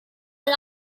and